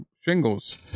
shingles